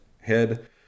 head